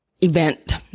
event